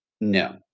no